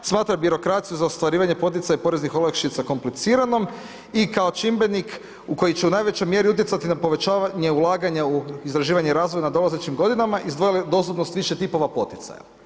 Smatra birokraciju za ostvarivanje i poticaj poreznih olakšica kompliciranom i kao čimbenik koji će u najvećoj mjeri utjecati na povećavanje ulaganja u istraživanje i razvoj u nadolazećim godinama izdvojilo je dostupnost više tipova poticaja.